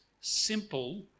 simple